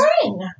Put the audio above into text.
spring